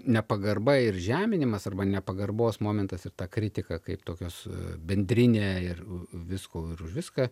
nepagarba ir žeminimas arba nepagarbos momentas ir ta kritika kaip tokios bendrinė ir visko ir už viską